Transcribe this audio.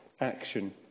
action